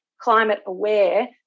climate-aware